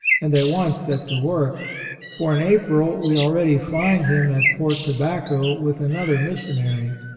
and at once set to work for in april we already find him at port tobacco with another missionary.